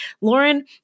Lauren